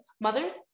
Mother